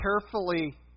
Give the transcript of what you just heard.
carefully